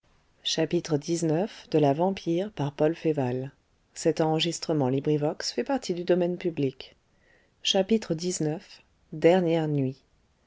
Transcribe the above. xix dernière nuit